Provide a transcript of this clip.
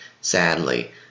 sadly